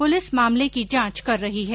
police मामले की जांच कर रही है